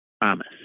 promise